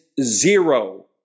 zero